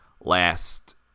last